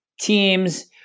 teams